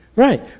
Right